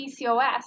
PCOS